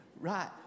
right